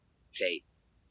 states